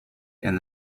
and